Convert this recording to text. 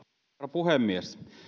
puhemies